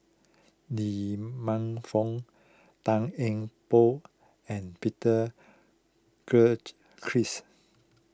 Lee Man Fong Tan Eng Bock and Peter Gilchrist